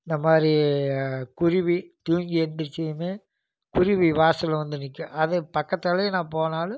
இந்த மாதிரி குருவி தூங்கி எழுந்திரித்ததுமே குருவி வாசலில் வந்து நிற்கும் அது பக்கத்தாலேயே நான் போனாலும்